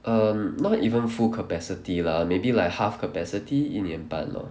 um not even full capacity lah maybe like half capacity 一年半 lor